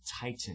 titan